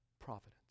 providence